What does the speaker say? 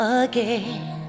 again